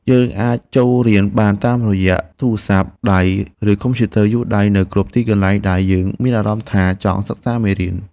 យើងអាចចូលរៀនបានតាមរយៈទូរស័ព្ទដៃ ឬកុំព្យូទ័រយួរដៃនៅគ្រប់ទីកន្លែងដែលយើងមានអារម្មណ៍ថាចង់សិក្សាមេរៀន។